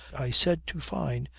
i said to fyne,